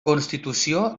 constitució